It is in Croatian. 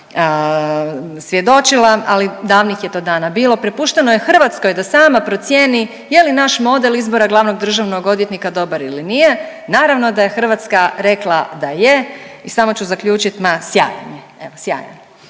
svjedočila, ali davnih je to dana bilo. Prepušteno je Hrvatskoj da sama procijeni je li naš model izbora glavnog državnog odvjetnika dobar ili nije. Naravno da je Hrvatska rekla da je i samo ću zaključiti ma sjajan je, evo sjajan!